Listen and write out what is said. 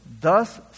thus